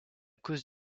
cause